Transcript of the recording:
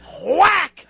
Whack